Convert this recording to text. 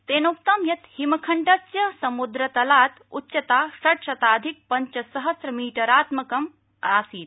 तेनोक्तम् यत् हिमखण्डस्य समुद्रतलात् उच्चता षट्शताधिक पञ्चसहस्र मीटरात्मकम् आसीत्